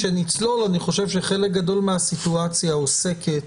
לא, כשנצלול אני חושב שחלק גדול מהסיטואציה עוסקת